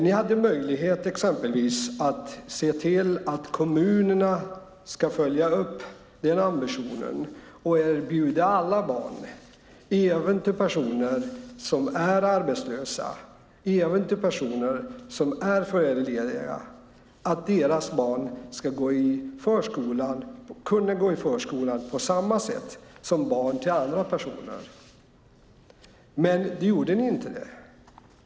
Ni hade möjlighet att exempelvis se till att kommunerna ska följa upp den ambitionen och erbjuda alla barn, även barn till personer som är arbetslösa, även barn till personer som är föräldralediga ska kunna gå i förskolan på samma sätt som barn till andra personer. Men det gjorde ni inte.